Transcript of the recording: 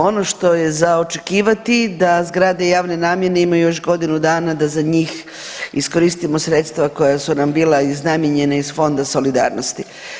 Ono što je za očekivati da zgrade javne namjene imaju još godinu dana da za njih iskoristimo sredstva koja su nam bila iznamijenjena iz fonda solidarnosti.